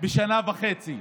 בשנה וחצי.